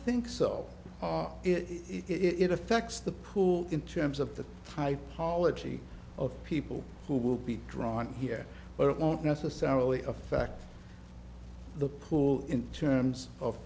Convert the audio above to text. think so it affects the pool in terms of the high polity of people who will be drawn here but it won't necessarily affect the pool in terms of